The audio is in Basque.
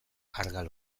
argal